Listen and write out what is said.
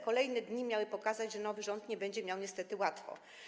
Kolejne dni miały pokazać, że nowy rząd nie będzie miał niestety łatwo.